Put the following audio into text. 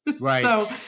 Right